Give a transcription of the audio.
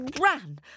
ran